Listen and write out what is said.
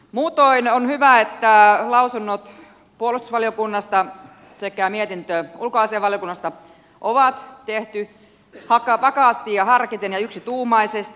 muutoin on hyvä että lausunnot puolustusvaliokunnasta sekä mietintö ulkoasiainvaliokunnasta on tehty vakaasti ja harkiten ja yksituumaisesti